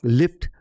lift